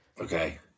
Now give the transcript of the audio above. okay